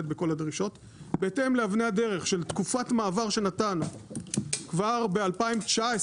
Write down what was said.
בכל הדרישות בהתאם לאבני הדרך של תקופת מעבר שנתן כבר ב-2019,